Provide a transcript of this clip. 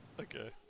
Okay